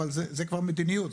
אבל זה כבר מדיניות,